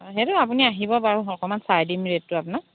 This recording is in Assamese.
অঁ সেইটো আপুনি আহিব বাৰু অকণমান চাই দিম ৰেটটো আপোনাক